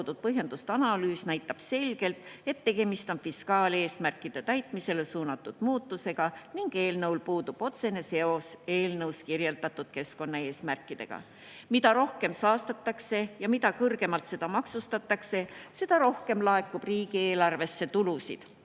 põhjenduste analüüs näitab selgelt, et tegemist on fiskaaleesmärkide täitmisele suunatud muutusega ning eelnõul puudub otsene seos eelnõus kirjeldatud keskkonnaeesmärkidega. Mida rohkem saastatakse ja mida kõrgemalt seda maksustatakse, seda rohkem laekub riigieelarvesse tulusid.